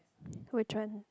which one